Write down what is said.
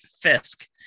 Fisk